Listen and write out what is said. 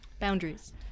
Boundaries